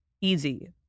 easy